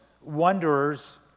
wanderers